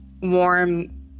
warm